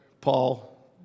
Paul